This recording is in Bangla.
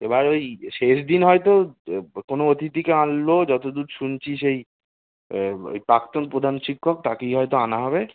এবার ওই শেষ দিন হয়তো কোনো অতিথিকে আনলো যতো দূর শুনছি সেই ওই প্রাক্তন প্রধান শিক্ষক তাকেই হয়তো আনা হবে